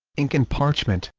ink and parchment